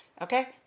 Okay